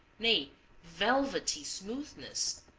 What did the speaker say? nay velvety, smoothness.